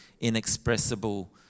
inexpressible